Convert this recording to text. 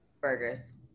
Burgers